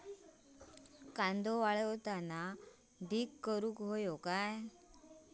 कांदो वाळवताना ढीग करून हवो काय?